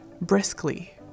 briskly